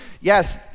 yes